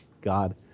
god